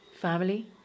Family